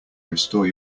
restore